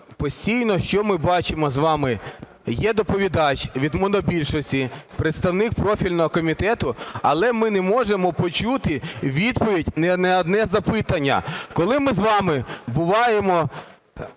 постійно, що ми бачимо з вами: є доповідач від монобільшості, представник профільного комітету, але ми не можемо почути відповідь ні на одне запитання. Коли ми з вами буваємо